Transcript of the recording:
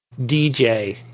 DJ